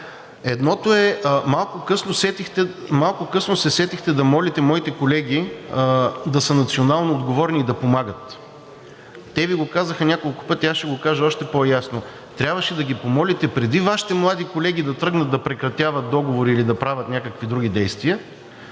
Едното е – малко късно се сетихте да молите моите колеги да са национално отговорни и да помагат. Те Ви го казаха няколко пъти, аз ще го кажа още по-ясно: трябваше да ги помолите, преди Вашите млади колеги да тръгнат да прекратяват договори или да правят някакви други действия,